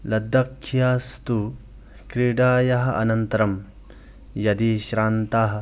लद्दाक्खीयास्तु क्रीडायाः अनन्तरं यदि श्रान्ताः